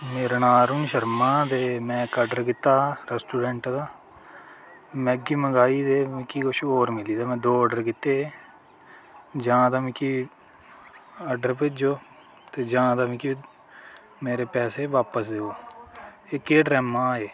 मेरा नांंऽ अरूण शर्मा ते में इक्क ऑर्डर कीता रोस्टरेंट मैगी मंगाई ते मिगी किश होर मिली दा ते में दौ ऑर्डर कीता ते जां ते मिगी ऑर्डर भेजो ते जां ते मिगी मेरे पैसे बापस देओ एह् केह् ड्रामां एह्